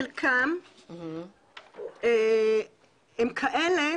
חלקם הם כאלה